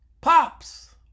Pops